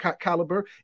caliber